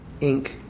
Inc